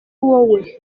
wowe